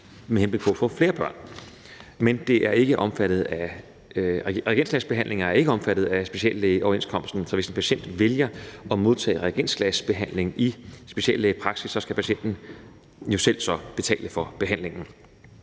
med henblik på at få flere børn, men reagensglasbehandling er ikke omfattet af speciallægeoverenskomsten, så hvis en patient vælger at modtage reagensglasbehandling i speciallægepraksis, skal patienten så selv betale for behandlingen.